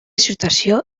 situació